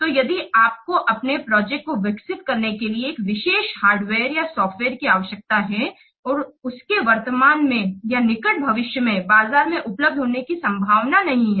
तो यदि आपको अपने प्रोजेक्ट को विकसित करने के लिए एक विशेष हार्डवेयर या सॉफ्टवेयर की आवश्यकता है और उसके वर्तमान में या निकट भविष्य में बाजार में उपलब्ध होने की संभावना नहीं है